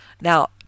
Now